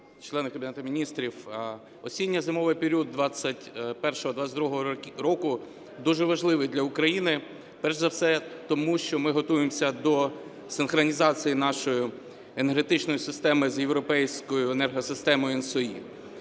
члени Кабінету Міністрів! Осінньо-зимовий період 2021/22 року дуже важливий для України перш за все, тому що ми готуємося до синхронізації нашої енергетичної системи з європейською енергосистемою